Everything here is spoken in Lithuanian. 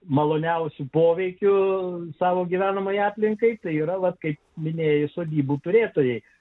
maloniausiu poveikiu savo gyvenamajai aplinkai tai yra kaip minėjai sodybų turėtojais